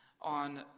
on